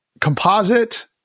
composite